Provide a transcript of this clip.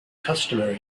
customary